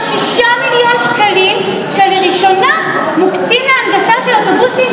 6 מיליון שקלים שלראשונה מוקצים להנגשה של אוטובוסים